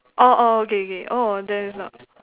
oh oh okay okay oh then is not